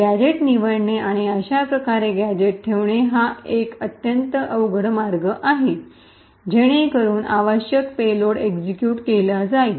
gadgets निवडणे आणि अशा प्रकारे गॅझेट्स ठेवणे हा एक अत्यंत अवघड मार्ग आहे जेणेकरुनआवश्यक पेलोड एक्सिक्यूट केला जाईल